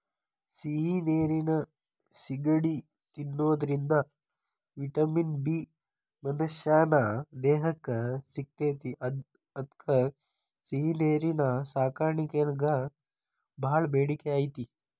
ಸಿಹಿ ನೇರಿನ ಸಿಗಡಿ ತಿನ್ನೋದ್ರಿಂದ ವಿಟಮಿನ್ ಬಿ ಮನಶ್ಯಾನ ದೇಹಕ್ಕ ಸಿಗ್ತೇತಿ ಅದ್ಕ ಸಿಹಿನೇರಿನ ಸಾಕಾಣಿಕೆಗ ಬಾಳ ಬೇಡಿಕೆ ಐತಿ